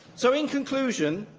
so, in conclusion,